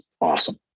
awesome